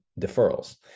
deferrals